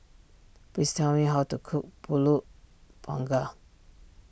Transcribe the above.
please tell me how to cook Pulut Panggang